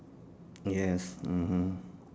yes mmhmm